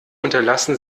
unterlassen